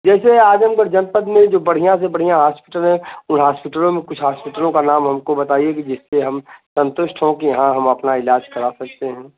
जैसे आजमगढ़ जनपथ में जो बढ़ियाँ से बढ़ियाँ हास्पिटल हैं उन हॉस्पिटलों में कुछ हॉस्पिटलो का नाम हमको बताइए की जिससे हम संतुष्ट हो के यहाँ हम अपना इलाज करा सकते हैं